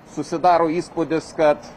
susidaro įspūdis kad